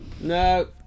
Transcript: no